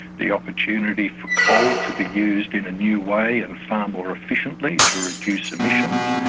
the opportunity for coal to be used in a new way and far more efficiently to reduce emissions,